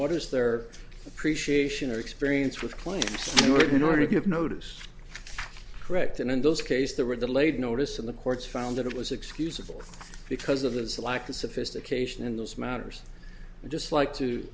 what is their appreciation or experience with claims in order to give notice correct and in those case there were delayed notice and the courts found that it was excusable because of this lack of sophistication in those matters just like to